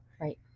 Right